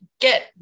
get